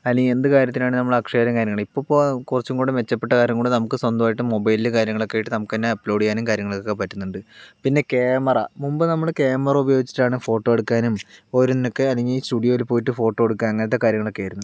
അല്ലെങ്കിൽ എന്ത്കാര്യത്തിനാണെങ്കിലും നമ്മള് അക്ഷയെലും കാര്യങ്ങളും ആയിരുന്നു ഇപ്പോൾ ഇപ്പോൾ കുറച്ചുംകൂടെ മെച്ചപ്പെട്ട കാരണം കൊണ്ട് നമുക്ക് സ്വന്തമായിട്ട് മോബൈലില് കാര്യങ്ങളൊക്കെ ആയിട്ട് നമ്മക്കന്നെ അപ്ലോഡ് ചെയ്യാനും കാര്യങ്ങൾക്കൊക്കെ പറ്റുന്നുണ്ട് പിന്നെ കേമറ മുമ്പ് നമ്മള് കേമറ ഉപയോഗിച്ചിട്ടാണ് ഫോട്ടോ എടുക്കാനും ഓരോന്നിനൊക്കെ അല്ലെങ്കി സ്റ്റുഡിയോയില് പോയിട്ട് ഫോട്ടോ എടുക്കുക അങ്ങനത്തെ കാര്യങ്ങളൊക്കെ ആയിരുന്നു